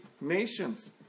nations